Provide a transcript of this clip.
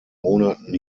monaten